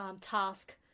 task